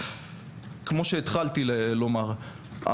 כמו שהתחלתי לומר,